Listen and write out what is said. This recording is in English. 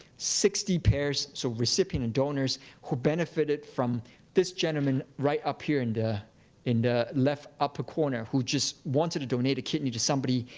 sixty pairs, so recipient and donors, who benefited from this gentleman right up here and in the left upper corner, who just wanted to donate a kidney to somebody.